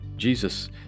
Jesus